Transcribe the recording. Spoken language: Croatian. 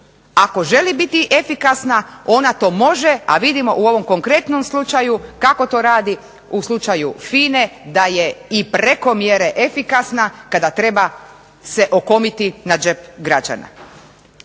ako želi biti efikasna onda to može, a vidimo u ovom konkretnom slučaju kako to radi u slučaju FINA-e, da je i preko mjere efikasna kada treba se okomiti na džep građana.